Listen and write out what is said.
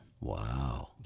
Wow